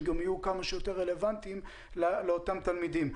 יהיו כמה שיותר רלוונטיים לאותם תלמידים.